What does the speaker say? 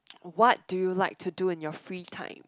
what do you like to do in your free time